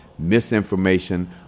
misinformation